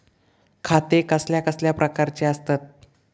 खाते कसल्या कसल्या प्रकारची असतत?